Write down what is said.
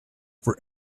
for